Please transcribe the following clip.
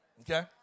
okay